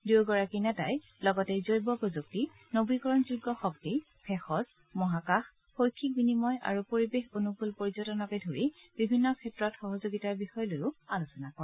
দুয়োগৰাকী নেতাই লগতে জৈৱ প্ৰযুক্তি নবীকৰণ যোগ্য শক্তি ভেষজ মহাকাশ শৈক্ষিক বিনিময় আৰু পৰিৱেশ অনুকুল পৰ্যটনকে ধৰি বিভিন্ন ক্ষেত্ৰত সহযোগিতাৰ বিষয় লৈও আলোচনা কৰে